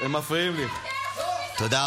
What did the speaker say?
המדינה של